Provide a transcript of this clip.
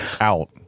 out